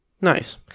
Nice